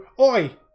Oi